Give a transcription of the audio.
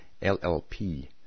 LLP